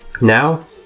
Now